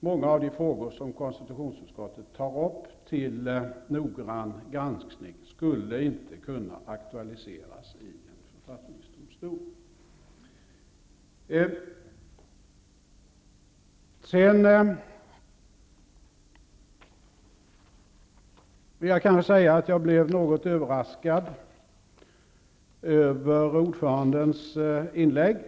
Många av de frågor som konstitutionsutskottet tar upp till noggrann granskning skulle inte kunna aktualiseras i en författningsdomstol. Jag blev något överraskad över delar av ordförandens inlägg.